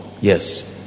Yes